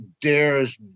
dares